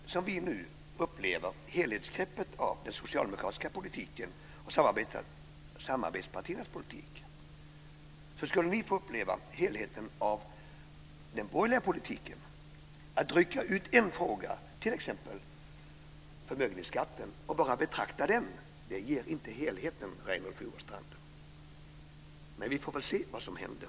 Fru talman! Precis som vi nu upplever helheten av den socialdemokratiska politiken och samarbetspartiernas politik skulle ni få uppleva helheten av den borgerliga politiken. Att rycka ut en fråga, t.ex. förmögenhetsskatten, och bara betrakta den ger inte helheten, Reynoldh Furustrand. Men vi får väl se vad som händer.